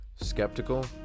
Skeptical